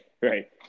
right